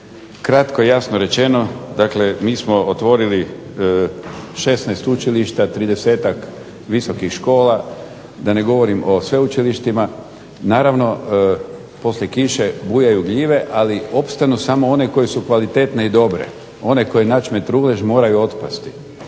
Kratko i jasno rečeno, dakle mi smo otvorili 16 učilišta, 30-ak visokih škola, da ne govorim o sveučilištima. Naravno, poslije kiše bujaju gljive, ali opstanu samo one koje su kvalitetne i dobre. One koje načne trulež moraju otpasti.